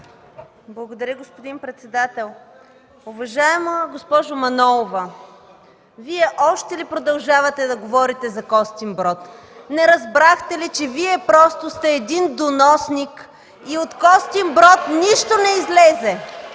Благодаря, господин председател. Уважаема госпожо Манолова, Вие още ли продължавате да говорите за Костинброд? Не разбрахте ли, че Вие просто сте един доносник и от Костинброд нищо не излезе?!